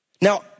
Now